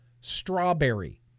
Strawberry